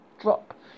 drop